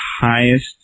highest